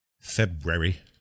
February